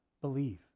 believe